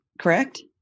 correct